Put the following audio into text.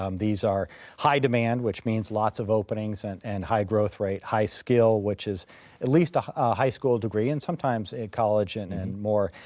um these are high demand, which means lots of openings and and high growth rate, high skill, which is at least a ah high school degree and sometimes college and and more,